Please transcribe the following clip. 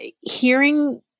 hearing